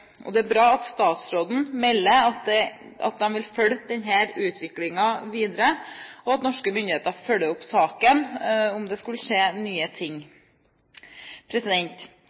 Det er bra at statsråden melder at de vil følge denne utviklingen videre, og at norske myndigheter følger opp saken om det skulle skje nye ting.